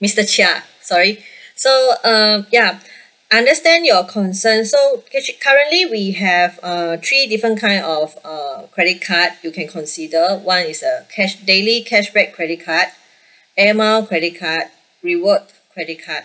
mister chia sorry so um ya I understand your concern so act~ currently we have uh three different kind of uh credit card you can consider one is uh cash daily cashback credit card air mile credit card rewards credit card